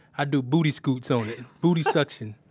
i do booty scoots on it. booty suction.